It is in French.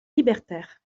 libertaire